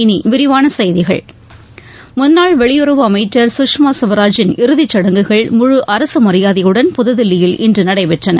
இனி விரிவான செய்திகள் முன்னாள் வெளியுறவு அமைச்சர் சுஷ்மா ஸ்வராஜின் இறுதிச்சடங்குகள் முழு அரசு மரியாதையுடன் புதுதில்லியில் இன்று நடைபெற்றன